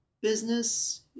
business